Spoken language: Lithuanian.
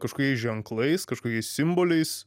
kažkokiais ženklais kažkokiais simboliais